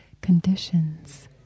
conditions